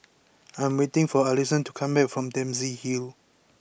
I am waiting for Alison to come back from Dempsey Hill